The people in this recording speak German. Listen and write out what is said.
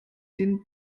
den